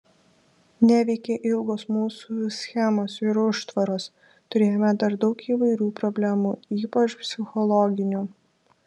neveikė ilgos mūsų schemos ir užtvaros turėjome dar daug įvairių problemų ypač psichologinių